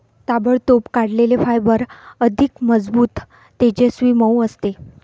ताबडतोब काढलेले फायबर अधिक मजबूत, तेजस्वी, मऊ असते